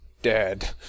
dead